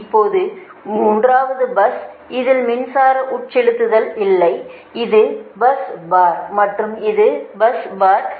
இப்போது மூன்றாவது bus bar இதில் மின்சார உட்செலுத்துதல் இல்லை இது பஸ் பாா் மற்றும் இது பஸ் பாா்